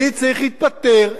מי צריך להתפטר,